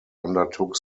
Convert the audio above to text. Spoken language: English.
undertook